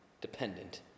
dependent